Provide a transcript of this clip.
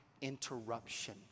interruption